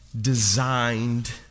designed